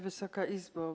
Wysoka Izbo!